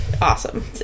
awesome